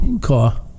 car